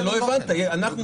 ואתה